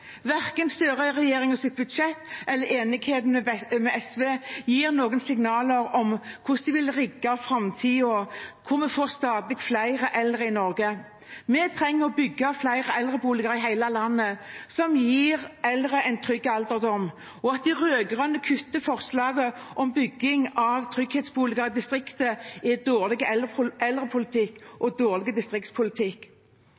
budsjett eller enigheten med SV gir noen signaler om hvordan de vil rigge framtiden, der vi får stadig flere eldre i Norge. Vi trenger å bygge flere eldreboliger i hele landet, som gir eldre en trygg alderdom, og at de rød-grønne kutter forslaget om bygging av trygghetsboliger i distriktet, er dårlig eldrepolitikk